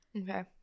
okay